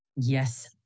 Yes